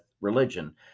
religion